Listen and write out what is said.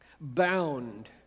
bound